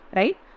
right